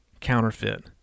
counterfeit